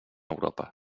europa